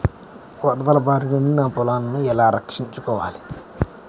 వరదల భారి నుండి నా పొలంను ఎలా రక్షించుకోవాలి?